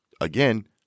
Again